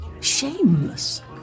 Shameless